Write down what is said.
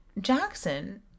Jackson